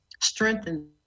strengthen